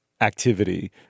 activity